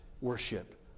worship